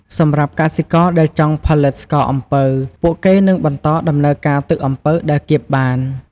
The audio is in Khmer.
សម្រាប់កសិករដែលចង់ផលិតស្ករអំពៅ ពួកគេនឹងបន្តដំណើរការទឹកអំពៅដែលកៀបបាន។